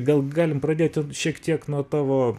gal galim pradėti šiek tiek nuo tavo